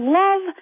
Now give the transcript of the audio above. love